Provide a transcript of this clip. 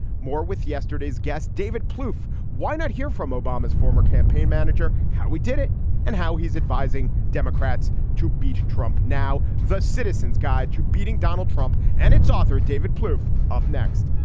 more with yesterday's guest, david plouffe. why not hear from obama's former campaign manager? how we did it and how he's advising democrats to beat trump now. the citizen's guide to beating donald trump and its author, david plouffe. up next